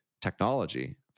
technology